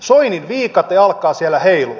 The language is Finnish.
soinin viikate alkaa siellä heilua